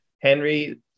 Henry